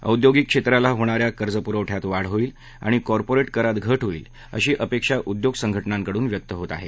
औद्योगिक क्षेत्राला होणाऱ्या कर्जपुरवठ्यात वाढ होईल आणि कॉर्पोरेट करात घट होईल अशी अपेक्षा उद्योग संघटनांकडून व्यक्त होत आहे